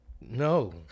no